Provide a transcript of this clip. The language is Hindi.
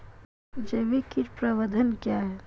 जैविक कीट प्रबंधन क्या है?